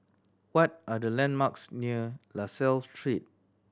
what are the landmarks near La Salle Street